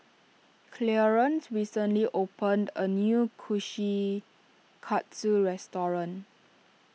Clearence recently opened a new Kushikatsu restaurant